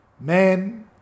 man